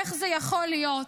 איך זה יכול להיות?